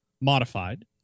modified